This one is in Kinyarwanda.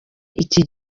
iki